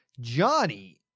Johnny